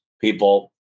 people